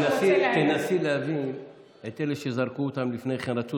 תשאל את, על מה שהוא עובר כאן בתקופה האחרונה.